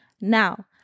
Now